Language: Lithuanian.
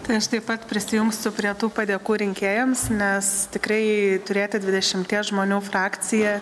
tai aš taip pat prisijungsiu prie tų padėkų rinkėjams nes tikrai turėti dvidešimties žmonių frakciją